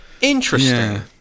interesting